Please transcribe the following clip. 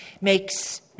makes